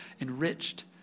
enriched